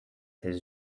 his